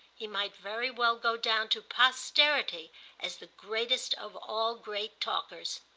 he might very well go down to posterity as the greatest of all great talkers.